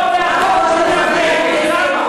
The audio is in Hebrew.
כמה זה עולה וכמה עולה החוק של עדי קול ורינה פרנקל?